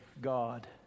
God